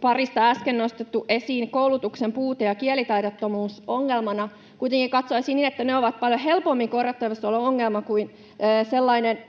parista äsken nostettu esiin koulutuksen puute ja kielitaidottomuus ongelmana. Kuitenkin katsoisin niin, että ne ovat paljon helpommin korjattavissa oleva ongelma kuin sellainen